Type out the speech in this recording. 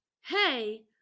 Hey